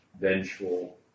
vengeful